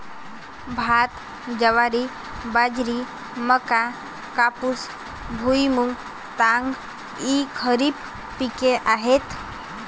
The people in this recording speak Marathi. भात, ज्वारी, बाजरी, मका, कापूस, भुईमूग, ताग इ खरीप पिके आहेत